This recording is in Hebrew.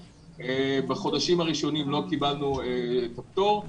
בחודשים הראשונים לא קיבלנו את הפטור.